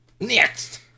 Next